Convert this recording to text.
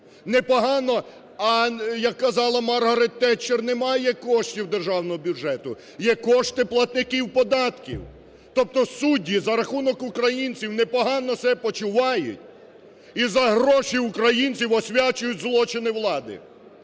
непогано…. Як казала Маргарет Тетчер: немає коштів державного бюджету, є кошти платників податків. Тобто судді за рахунок українців непогано себе почувають і за гроші українців освячують злочини влади.